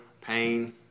pain